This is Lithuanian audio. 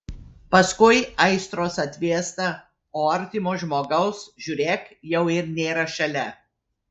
paskui aistros atvėsta o artimo žmogaus žiūrėk jau ir nėra šalia